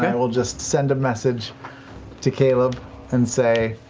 and will just send a message to caleb and say